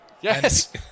Yes